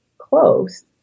close